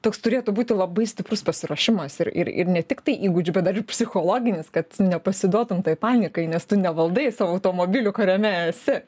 toks turėtų būti labai stiprus pasiruošimas ir ir ir ne tiktai įgūdžių bet dar ir psichologinis kad nepasiduotum tai panikai nes tu nevaldai savo automobilio kuriame esi